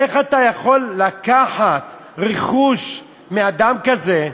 אז איך אתה יכול לקחת רכוש מאדם כזה,